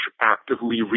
actively